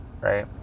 Right